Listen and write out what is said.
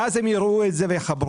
אז הם יראו את זה ויחברו,